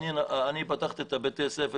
אני אצלי פתחתי את בתי הספר